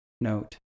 Note